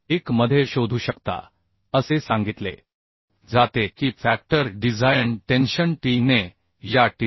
1 मध्ये शोधू शकता असे सांगितले जाते की फॅक्टर डिझायन टेन्शन T ने या TD